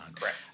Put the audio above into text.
Correct